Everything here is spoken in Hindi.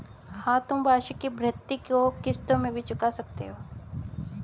हाँ, तुम वार्षिकी भृति को किश्तों में भी चुका सकते हो